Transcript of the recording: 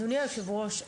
אדוני יושב הראש,